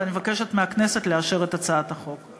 ואני מבקשת מהכנסת לאשר את הצעת החוק.